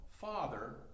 Father